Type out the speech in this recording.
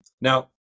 Now